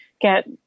get